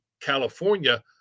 California